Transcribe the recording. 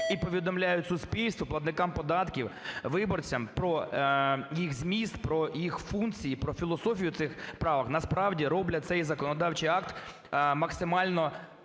і повідомляють суспільству платникам податків, виборцям про їх зміст, про їх функції, про філософію цих правок, насправді, роблять цей законодавчий акт максимально